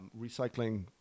recycling